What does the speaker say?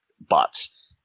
bots